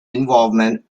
involvement